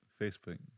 Facebook